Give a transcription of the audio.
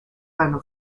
eine